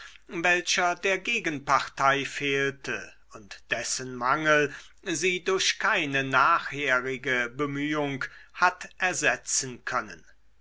welcher der gegenpartei fehlte und dessen mangel sie durch keine nachherige bemühung hat ersetzen können